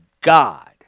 God